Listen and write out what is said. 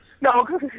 no